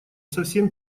совсем